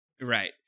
Right